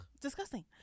disgusting